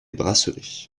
bracelets